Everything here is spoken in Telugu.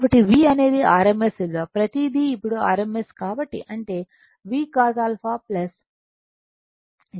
కాబట్టి V అనేది rms విలువ ప్రతిదీ ఇప్పుడు rms కాబట్టి అంటే VCos α j Vsin α ఇది V